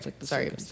sorry